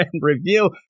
review